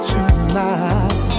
Tonight